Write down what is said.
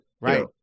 right